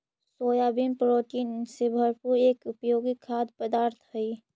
soybean protein से भरपूर एक उपयोगी खाद्य पदार्थ हई